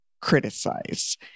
criticize